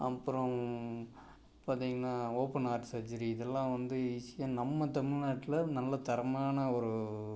அப்புறம் பார்த்திங்கன்னா open heart surgery இதெல்லாம் வந்து ஈஸியாக நம்ம தமில்நாட்டில் நல்ல தரமான ஒரு